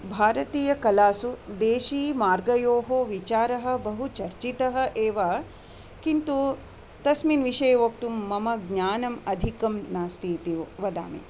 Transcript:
भारतीयकलासु देशीमार्गयोः विचारः बहु चर्चितः एव किन्तु तस्मिन् विषये वक्तुं मम ज्ञानम् अधिकं नास्ति इति वदामि